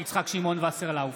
יצחק שמעון וסרלאוף,